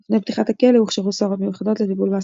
לפני פתיחת הכלא הוכשרו סוהרות מיוחדות לטיפול באסירות.